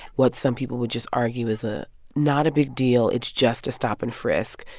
what some people would just argue as ah not a big deal, it's just a stop and frisk,